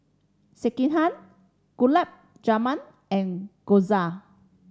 Sekihan Gulab Jamun and Gyoza